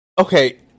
Okay